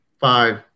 five –